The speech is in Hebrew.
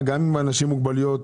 גם עם אנשים עם מוגבלויות,